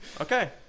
Okay